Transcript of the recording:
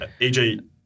AJ